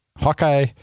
Hawkeye